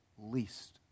least